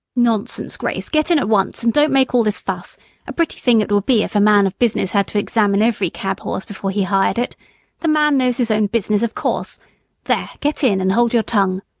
nonsense, grace, get in at once, and don't make all this fuss a pretty thing it would be if a man of business had to examine every cab-horse before he hired it the man knows his own business of course there, get in and hold your tongue!